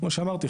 כמו שאמרתי,